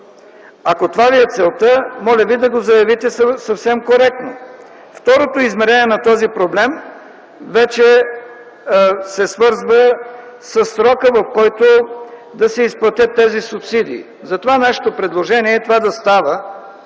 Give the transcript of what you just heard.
Ако това ви е целта, моля ви да го заявите съвсем коректно. Второто измерение на този проблем вече се свързва със срока, в който да се изплатят тези субсидии. Затова нашето предложение е това да става